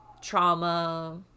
trauma